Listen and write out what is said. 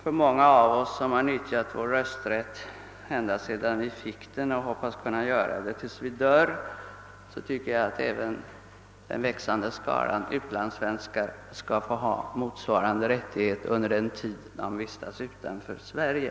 För många av oss, som har nyttjat vår rösträtt ända sedan vi fick den och hoppas kunna göra det tills vi dör, är det naturligt, att även den växande skaran av utlandssvenskar skall få ha motsvarande rättighet under den tid de vistas utanför Sverige.